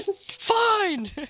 Fine